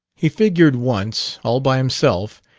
he figured once, all by himself,